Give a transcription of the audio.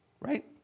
right